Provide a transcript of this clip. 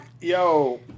yo